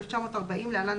1940‏ (להלן,